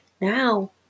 Now